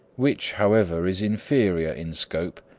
which, however, is inferior in scope,